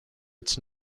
its